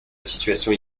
situation